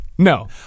No